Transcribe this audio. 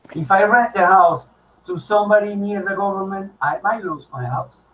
if i rent the house to somebody near the government i might lose my house